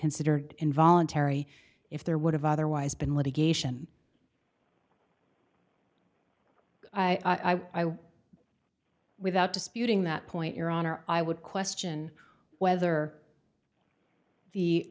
considered involuntary if there would have otherwise been litigation i was without disputing that point your honor i would question whether the